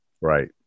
Right